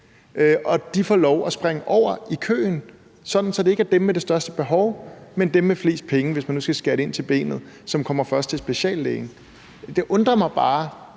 og de får lov at springe over i køen, sådan at det ikke er dem med det største behov, men dem med flest penge, hvis man nu skal skære det ind til benet, som kommer først til speciallægen. Det undrer mig bare,